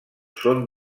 són